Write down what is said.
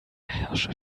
herrscher